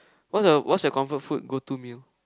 what your what's your comfort food go to meal